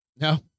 No